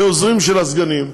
כעוזרים של הסגנים,